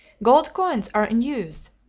gold coins are in use,